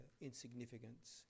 insignificance